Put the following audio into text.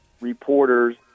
reporters